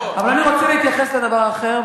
אבל אני רוצה להתייחס לדבר האחר,